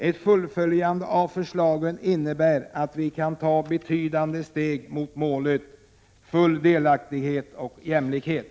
Ett fullföljande av förslagen innebär att vi kan ta betydande steg mot målet full delaktighet och jämlikhet.